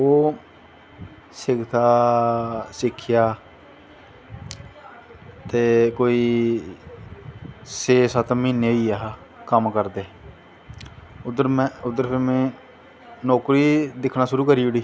ओह् सिक्खेआ ते कोई छे सत्त महीनें होईये असैं कम्म करदें पर उध्दर फिर में नौकरी दिक्खनां शुरु करी ओड़ी